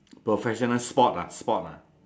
professional sport ah sport ah